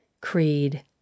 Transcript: creed